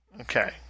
Okay